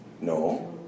No